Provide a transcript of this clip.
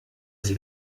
sie